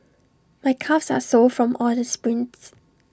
my calves are sore from all the sprints